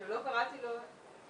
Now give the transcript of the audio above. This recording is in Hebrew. אנחנו יודעים שברגע